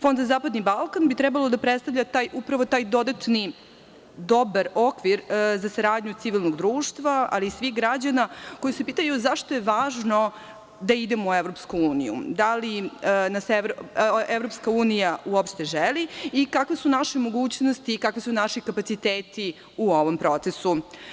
Fond za zapadni Balkan bi trebalo da predstavlja upravo taj dodatni dobar okvir za saradnju civilnog društva, ali i svih građana koji se pitaju zašto je važno da idemo u EU, da li nas EU uopšte želi i kakve su naše mogućnosti, kakvi su naši kapaciteti u ovom procesu?